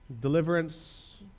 deliverance